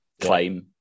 claim